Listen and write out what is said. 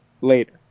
later